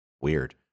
Weird